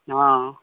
हँ